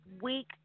week